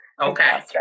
Okay